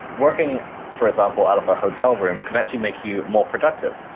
working for example out of a hotel room can actually make you more productive.